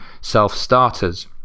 self-starters